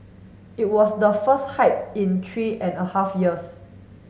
it was the first hike in three and a half years